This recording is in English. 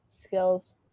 skills